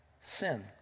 sin